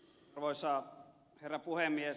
arvoisa herra puhemies